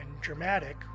dramatic